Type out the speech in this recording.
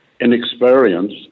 inexperience